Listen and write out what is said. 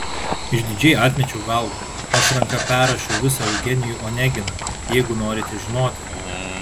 išdidžiai atmečiau galvą aš ranka perrašiau visą eugenijų oneginą jeigu norite žinoti